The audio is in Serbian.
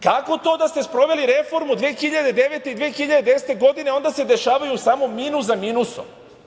Kako to da ste sproveli reformu 2009. i 2010. godine, a onda se dešavaju samo minus za minusom.